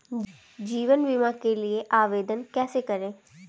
जीवन बीमा के लिए आवेदन कैसे करें?